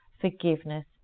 Forgiveness